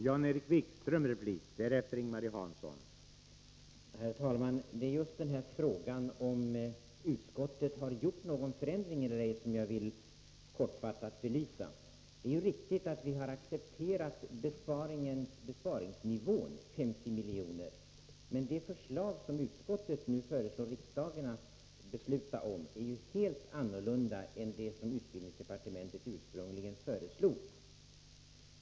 Herr talman! Det är just den här frågan — om utskottet har gjort någon förändring eller ej — som jag vill kortfattat belysa. Det är riktigt att vi har accepterat besparingsnivån 50 milj.kr., men det förslag som utskottet nu hemställer att riksdagen skall besluta om är helt annorlunda än det utbildningsdepartementet ursprungligen lade fram.